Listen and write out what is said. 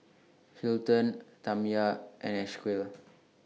Hilton Tamya and Esequiel